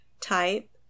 type